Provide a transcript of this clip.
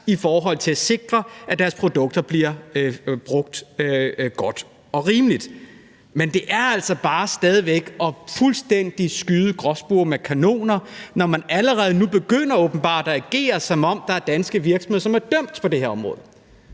i forhold til at sikre, at deres produkter bliver brugt godt og rimeligt. Men det er altså bare stadig væk fuldstændig at skyde gråspurve med kanoner, når man allerede nu åbenbart begynder at agere, som om der er danske virksomheder, som er dømt på det her område,